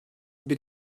bir